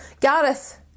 Gareth